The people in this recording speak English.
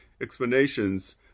explanations